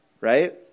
right